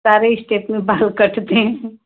सारे इस्टेप में बाल कटते हैं